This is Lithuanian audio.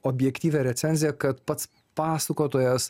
objektyvią recenziją kad pats pasakotojas